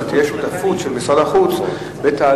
אבל שתהיה שותפות של משרד החוץ בתהליך